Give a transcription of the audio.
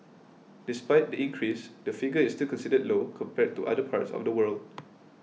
despite the increase the figure is still considered low compared to other parts of the world